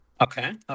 Okay